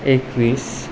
एकवीस